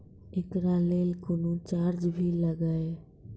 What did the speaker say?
एकरा लेल कुनो चार्ज भी लागैये?